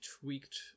tweaked